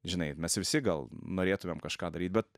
žinai mes visi gal norėtumėm kažką daryt bet